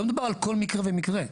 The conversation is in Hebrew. לא מדובר על כל מקרה ומקרה.